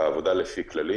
בעבודה לפי כללים,